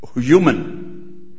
human